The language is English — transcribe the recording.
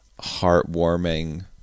heartwarming